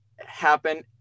happen